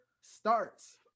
starts